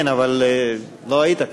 כן, אבל לא היית.